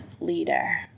leader